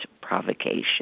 provocation